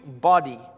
body